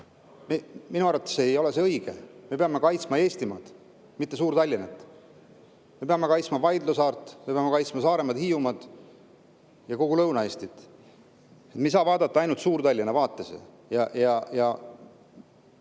Minu arvates ei ole see õige. Me peame kaitsma Eestimaad, mitte Suur-Tallinna. Me peame kaitsma Vaindloo saart, me peame kaitsma Saaremaad, Hiiumaad ja kogu Lõuna-Eestit. Me ei saa vaadata ainult Suur-Tallinna vaates.